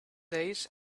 days